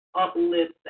uplift